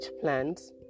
plans